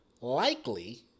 likely